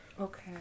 Okay